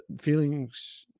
feelings